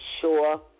sure